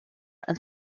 and